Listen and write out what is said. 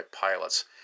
pilots